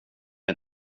dig